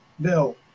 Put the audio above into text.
Bill